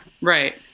Right